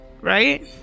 right